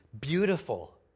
beautiful